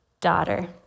Daughter